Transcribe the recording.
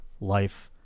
life